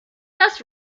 das